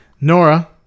Nora